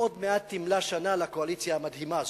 עוד מעט תמלא שנה לקואליציה המדהימה הזאת,